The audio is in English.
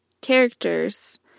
characters